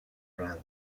france